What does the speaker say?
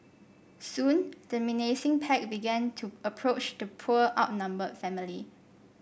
soon the menacing pack began to approach the poor outnumbered family